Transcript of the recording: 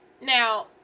Now